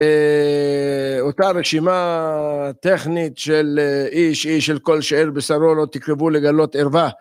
ואותה רשימה טכנית של איש איש של כל שאר בשרו לא תקרבו לגלות ערבה.